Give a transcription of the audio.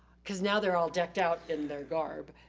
cause now they're all decked out in their garb.